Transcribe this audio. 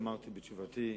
כפי שאמרתי בתשובתי,